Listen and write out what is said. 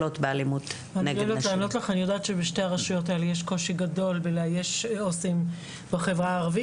אני יודעת שבשתי הרשויות האלה יש קושי גדול לאייש עו"סים בחברה הערבית.